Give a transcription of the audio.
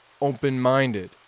open-minded